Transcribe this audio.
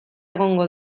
egongo